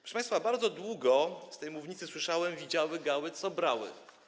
Proszę państwa, bardzo długo z tej mównicy słyszałem: widziały gały, co brały.